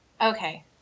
Okay